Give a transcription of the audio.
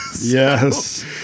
Yes